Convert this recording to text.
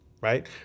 Right